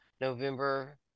November